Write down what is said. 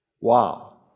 Wow